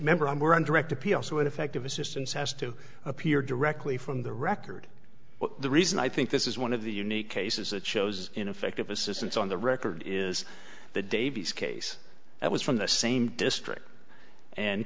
remember i'm we're on direct appeal so ineffective assistance has to appear directly from the record well the reason i think this is one of the unique cases that shows ineffective assistance on the record is the davies case that was from the same district and